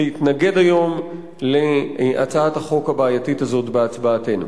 להתנגד היום להצעת החוק הבעייתית הזאת בהצבעתנו.